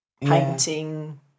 painting